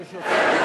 כן.